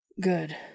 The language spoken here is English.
Good